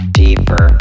deeper